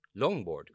longboard